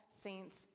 Saints